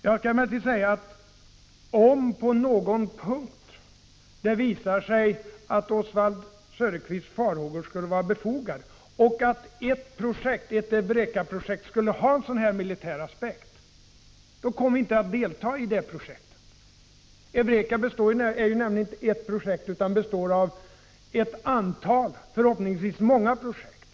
Jag vill emellertid säga, att om det på någon punkt visar sig att Oswald Söderqvists farhågor skulle vara befogade och att ett EUREKA-projekt skulle ha en militär aspekt, så kommer vi inte att delta i det projektet. EUREKA-samarbetet avser nämligen inte ett enda projekt utan gäller ett antal — förhoppningsvis många — projekt.